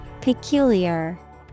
peculiar